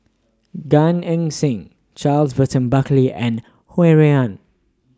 Gan Eng Seng Charles Burton Buckley and Ho Rui An